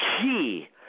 key